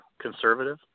conservative